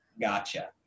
Gotcha